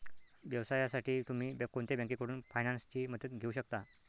व्यवसायासाठी तुम्ही कोणत्याही बँकेकडून फायनान्सची मदत घेऊ शकता